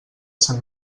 sant